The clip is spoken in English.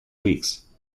weeks